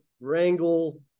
wrangle